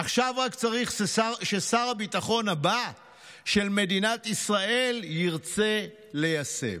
עכשיו רק צריך ששר הביטחון הבא של מדינת ישראל ירצה ליישם".